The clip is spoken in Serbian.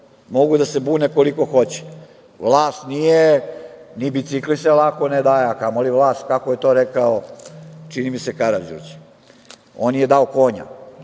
Mogu da se bune koliko hoće. Vlast nije, ni bicikl se lako ne daje, a kamoli vlast, tako je to rekao, čini mi se, Karađorđe. On nije dao konja.